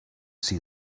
see